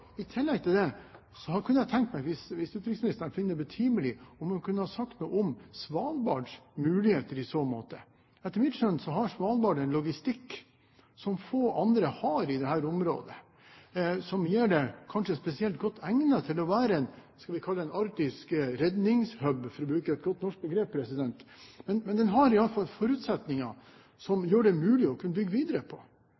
I tillegg til det kunne jeg ha tenkt meg, hvis utenriksministeren finner det betimelig, at han sa noe om Svalbards muligheter i så måte. Etter mitt skjønn har Svalbard en logistikk som få andre har i dette området, som kanskje gjør Svalbard spesielt godt egnet til å være en arktisk «redningshub», for å bruke et godt norsk begrep. Men Svalbard har i alle fall forutsetninger som